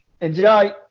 Enjoy